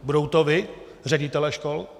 Budete to vy, ředitelé škol?